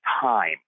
time